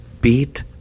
beat